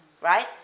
right